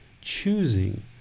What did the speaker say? choosing